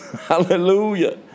Hallelujah